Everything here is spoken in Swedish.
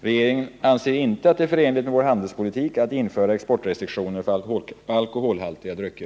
Regeringen anser inte att det är förenligt med vår handelspolitik att införa exportrestriktioner för alkoholhaltiga drycker.